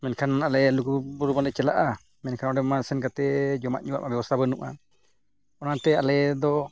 ᱢᱮᱱᱠᱷᱟᱱ ᱟᱞᱮ ᱞᱩᱜᱩᱼᱵᱩᱨᱩ ᱢᱟᱞᱮ ᱪᱟᱞᱟᱜᱼᱟ ᱢᱮᱱᱠᱷᱟᱱ ᱚᱸᱰᱮᱢᱟ ᱥᱮᱱ ᱠᱟᱛᱮᱫ ᱡᱚᱢᱟᱜ ᱧᱩᱣᱟᱜ ᱵᱮᱵᱚᱥᱛᱷᱟ ᱵᱟᱹᱱᱩᱜᱼᱟ ᱚᱱᱟᱛᱮ ᱟᱞᱮ ᱫᱚ